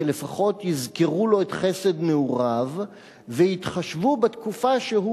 שלפחות יזכרו לו את חסד נעוריו ויתחשבו בתקופה שהוא